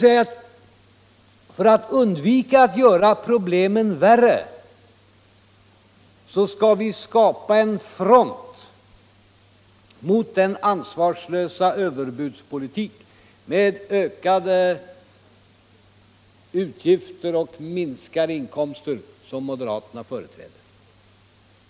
Men för att undvika att göra problemen värre skall vi skapa en front mot den ansvarslösa överbudspolitik, med ökade utgifter och minskade inkomster som moderaterna företräder.